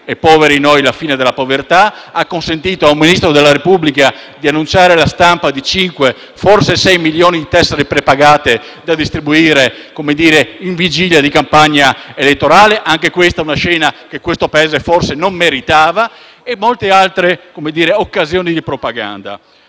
e poveri noi - la fine della povertà, ha consentito ad un Ministro della Repubblica di annunciare la stampa di cinque, forse sei milioni di tessere prepagate da distribuire in vigilia di campagna elettorale (anche questa è una scena che questo Paese forse non meritava) e molte altre occasioni di propaganda.